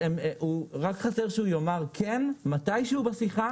שרק חסר שהוא יאמר "כן" מתישהו בשיחה